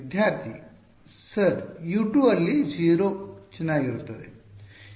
ವಿದ್ಯಾರ್ಥಿ sir U 2 ಅಲ್ಲಿ 0 ಚೆನ್ನಾಗಿರುತ್ತದೆ